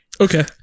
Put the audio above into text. Okay